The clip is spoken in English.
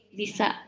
bisa